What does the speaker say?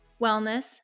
wellness